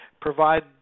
provide